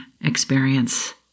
experience